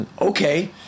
okay